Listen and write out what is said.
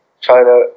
China